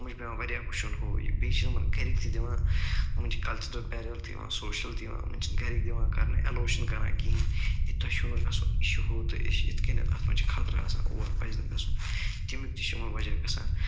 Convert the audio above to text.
یِمَن چھِ پٮ۪وان واریاہ وٕچھُن ہُہ یہِ بیٚیہِ چھِنہٕ یِمَن گَرِکھ تہِ دِوان یِمَن کَلچَرَل بٮ۪رَر تہِ یِوان سوشَل تہِ یِوان یِمَن چھِنہٕ گَرِکھ دِوان کرنہٕ اٮ۪لَو چھِنہٕ کران کِہیٖنۍ ہے توہہِ چھُو نہٕ گژھُن یہِ چھِ ہُہ تہٕ چھِ اِتھ کَنیٚتھ اَتھ منٛز چھِ خطرٕ آسان اور پَزِ نہٕ گژھُن تٔمیُک تہِ چھِ یِمَن وجہ گژھان